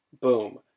Boom